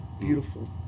beautiful